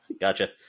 Gotcha